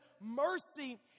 mercy